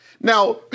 Now